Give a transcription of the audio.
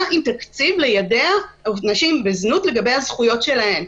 מה עם תקציב ליידע נשים בזנות לגבי הזכויות שלהן?